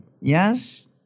yes